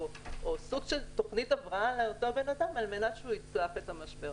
או סוג של תוכנית הבראה לאותו בן אדם על מנת שהוא יצלח את המשבר.